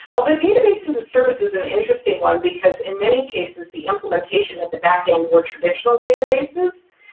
although database as a service is an interesting one, because in many cases, the implementation of the backend were traditional databases,